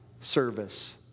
service